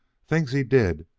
things he did,